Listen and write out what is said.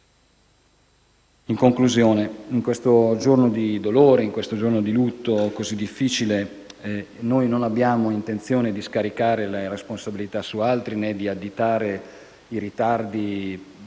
In conclusione, in questo giorno di dolore e di lutto così difficile, noi non abbiamo intenzione di scaricare le responsabilità su altri, né di additare i ritardi